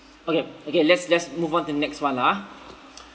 okay okay let's let's move on to next one lah ah